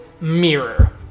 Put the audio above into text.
mirror